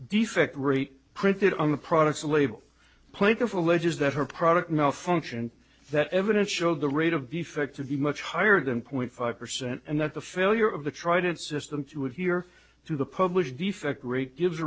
defect rate printed on the products a label plaintiff alleges that her product malfunctioned that evidence showed the rate of defect to be much higher than point five percent and that the failure of the tried it system to adhere to the published defect rate gives